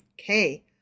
Okay